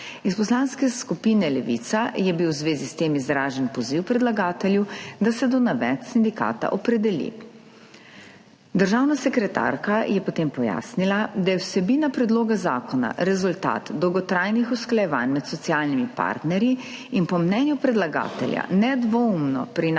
Iz Poslanske skupine Levica je bil v zvezi s tem izražen poziv predlagatelju, da se opredeli do navedb sindikata. Državna sekretarka je potem pojasnila, da je vsebina predloga zakona rezultat dolgotrajnih usklajevanj med socialnimi partnerji in po mnenju predlagatelja nedvoumno prinaša